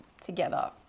together